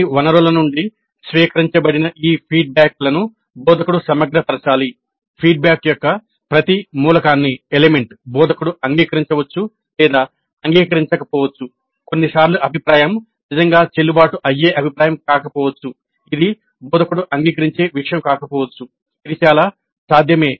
అన్ని వనరుల నుండి స్వీకరించబడిన ఈ ఫీడ్బ్యాక్ బోధకుడు అంగీకరించవచ్చు లేదా అంగీకరించకపోవచ్చు కొన్నిసార్లు అభిప్రాయం నిజంగా చెల్లుబాటు అయ్యే అభిప్రాయం కాకపోవచ్చు ఇది బోధకుడు అంగీకరించే విషయం కాకపోవచ్చు ఇది చాలా సాధ్యమే